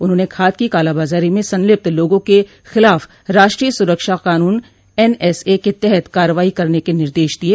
उन्होंने खाद की कालाबाजारी में संलिप्त लोगों के खिलाफ राष्ट्रीय सुरक्षा कानून एनएसए के तहत कार्रवाई करने के निर्देश दिये